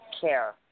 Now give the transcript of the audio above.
care